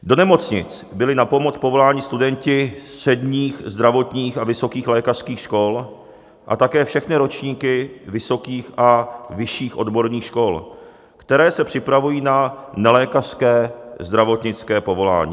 Do nemocnic byli na pomoc povoláni studenti středních zdravotních a vysokých lékařských škol a také všechny ročníky vysokých a vyšších odborných škol, které se připravují na nelékařské zdravotnické povolání.